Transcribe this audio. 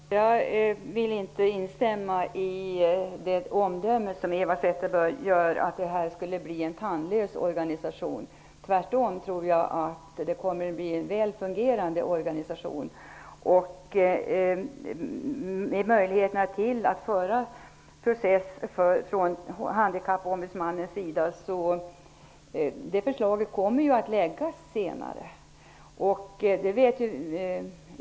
Herr talman! Jag vill inte instämma i det omdöme som Eva Zetterberg gjorde om att detta skulle bli en tandlös organisation. Tvärtom tror jag att det kommer att bli en väl fungerande organisation. Det finns en möjlighet att Handikappombudsmannen kommer att kunna föra process; det förslaget kommer att läggas fram senare.